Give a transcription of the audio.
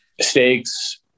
stakes